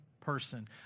person